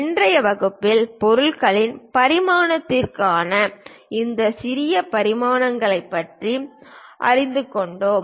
இன்றைய வகுப்பில் பொருள்களின் பரிமாணத்திற்கான இந்த சிறப்பு பரிமாணங்களைப் பற்றி அறிந்து கொண்டோம்